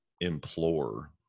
implore